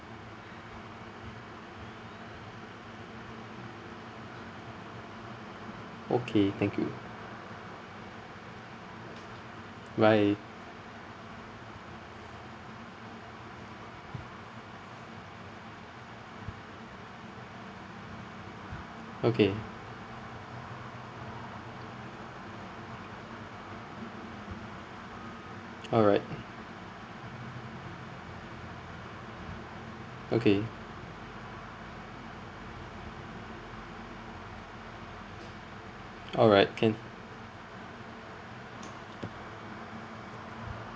okay thank you bye okay alright okay alright can